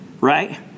right